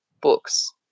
books